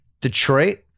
Detroit